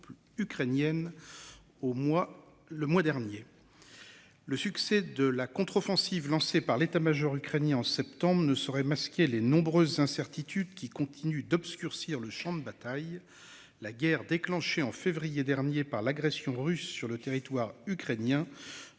Le succès de la contre-offensive lancée par l'État-Major ukrainien en septembre ne saurait masquer les nombreuses incertitudes qui continuent d'obscurcir le Champ de bataille, la guerre déclenchée en février dernier par l'agression russe sur le territoire ukrainien